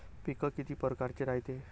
पिकं किती परकारचे रायते?